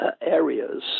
areas